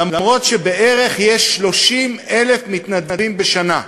אף שיש בערך 30,000 מתנדבים בשנה.